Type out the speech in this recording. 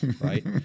right